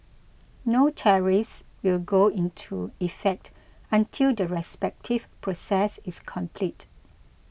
no tariffs will go into effect until the respective process is complete